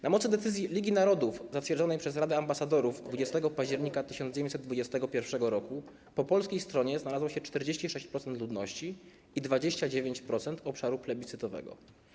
Na mocy decyzji Ligi Narodów zatwierdzonej przez Radę Ambasadorów 20 października 1921 r. po polskiej stronie znalazło się 46% ludności i 29% obszaru plebiscytowego.